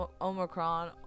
Omicron